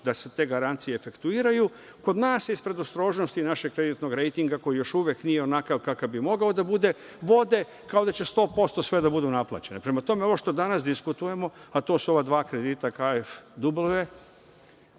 da se te garancije fraktuiraju, kod nas, iz predostrožnosti našeg kreditnog rejtinga koji još uvek nije onakav kakav bi mogao da bude, vode kao da će 100% sve da budu naplaćene. Prema tome, ono što danas diskutujemo, a to su ova dva kredita,